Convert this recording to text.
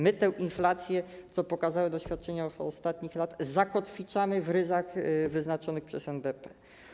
My tę inflację - co pokazały doświadczenia ostatnich lat - zakotwiczamy w ryzach wyznaczonych przez NBP.